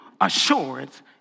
assurance